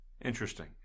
Interesting